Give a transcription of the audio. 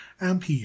ampere